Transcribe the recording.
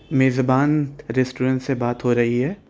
میزبان ریسٹورینٹ سے بات ہو رہی ہے